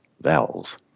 vowels